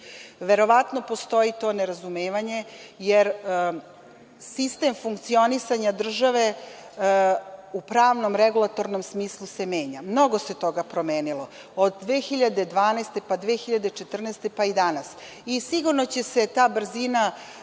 Verovatno postoji to nerazumevanje, jer sistem funkcionisanja države u pravnom i regulatornom smislu se menja. Mnogo se toga promenilo, od 2012, 2014, pa i danas, i sigurno je da će se ta brzina